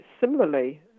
similarly